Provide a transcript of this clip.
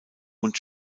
und